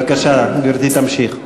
בבקשה, גברתי תמשיך.